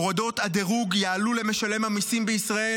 הורדות הדירוג יעלו למשלם המיסים בישראל,